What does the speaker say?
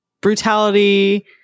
brutality